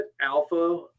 alpha